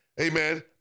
amen